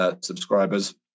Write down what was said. subscribers